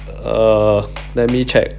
uh let me check